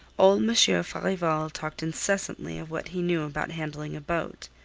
old monsieur farival talked incessantly of what he knew about handling a boat,